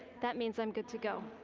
that means i'm good to go.